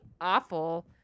awful